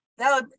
No